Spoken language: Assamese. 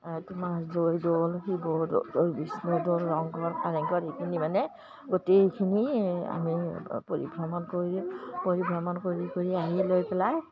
তোমাৰ জয় দৌল শিৱ দৌল বিষ্ণ দৌল ৰংঘৰ কাৰেংঘ এইখিনি মানে গোটেইখিনি আমি পৰিভ্ৰমণ কৰি পৰিভ্ৰমণ কৰি কৰি আহি লৈ পেলাই